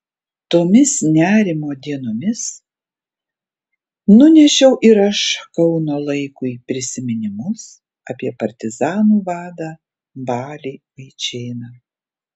tomis nerimo dienomis nunešiau ir aš kauno laikui prisiminimus apie partizanų vadą balį vaičėną